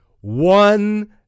One